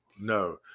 no